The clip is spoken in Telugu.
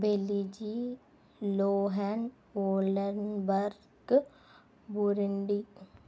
బెల్లీజీ లోహెన్ ఓలెన్బర్గ్ బురుండీ